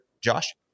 josh